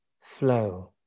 flow